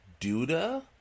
Duda